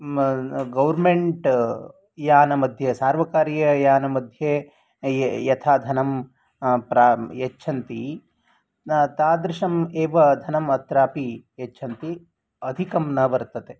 government यानमध्ये सार्वकारीययानमध्ये यथा धनं यच्छन्ति न तादृशम् एव धनम् अत्रापि यच्छन्ति अधिकं न वर्तते